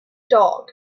dog